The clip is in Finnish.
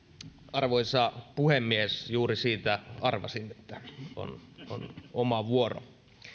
arvoisa puhemies juuri siitä arvasin että on oma vuoroni